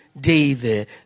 David